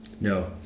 No